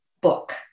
book